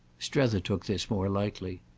strether took this more lightly.